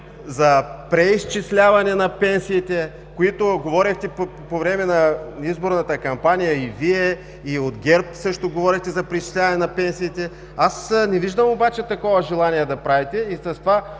за преизчисляване на пенсиите, които говорехте по време на предизборната кампания, и Вие, и от ГЕРБ също говорихте за преизчисляване на пенсиите. Аз обаче не виждам желание да правите това